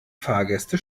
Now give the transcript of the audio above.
fahrgäste